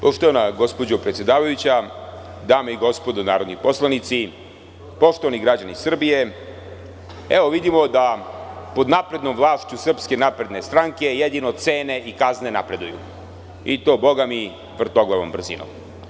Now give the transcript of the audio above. Poštovana gospođo predsedavajuća, dame i gospodo narodni poslanici, poštovani građani Srbije, evo vidimo da pod naprednom vlašću SNS jedino cene i kazne napreduju, i to bogami vrtoglavom brzinom.